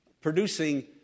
producing